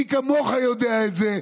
מי כמוך יודע את זה.